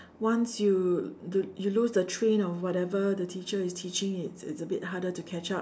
once you lose the train of whatever the teacher is teaching it's it's a bit harder to catch up